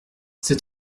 c’est